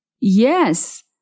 Yes